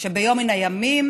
שביום מן הימים